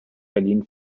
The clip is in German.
berlin